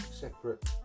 separate